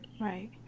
Right